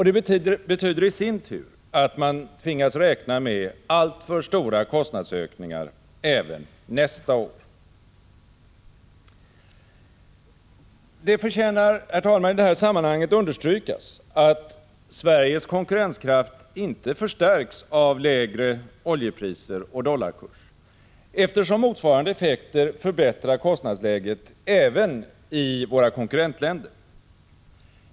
Det betyder i sin tur att man tvingas räkna med alltför stora kostnadsökningar även nästa år. Herr talman! Det förtjänar i detta sammanhang understrykas att Sveriges konkurrenskraft inte förstärks av lägre oljepriser och dollarkurs, eftersom motsvarande effekter förbättrar kostnadsläget även i våra konkurrentländer.